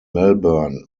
melbourne